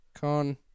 Con